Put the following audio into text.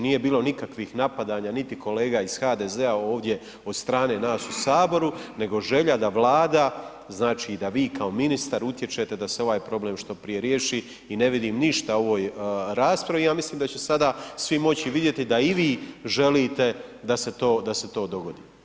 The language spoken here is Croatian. Nije bilo nikakvih napadanja niti kolega iz HDZ-a ovdje od strane nas u Saboru, nego želja da Vlada, znači da vi kao ministar utječe da se ovaj problem što prije riješi i ne vidim ništa u ovoj raspravi, ja mislim da će sada svi moći vidjeti da i vi želi da se to dogodi.